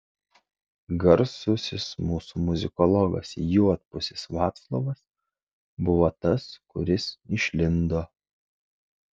garsusis mūsų muzikologas juodpusis vaclovas buvo tas kuris išlindo